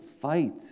fight